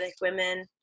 Women